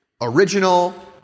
original